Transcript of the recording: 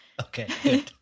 Okay